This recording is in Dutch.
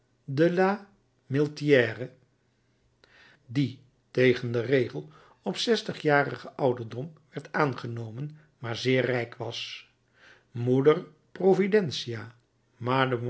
die tegen den regel op zestigjarigen ouderdom werd aangenomen maar zeer rijk was moeder providentia